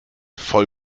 voll